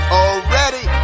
already